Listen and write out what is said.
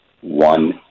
one